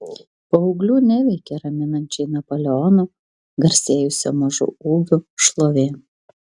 paauglių neveikia raminančiai napoleono garsėjusio mažu ūgiu šlovė